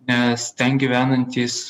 nes ten gyvenantys